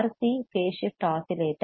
சிRC phase shift oscillator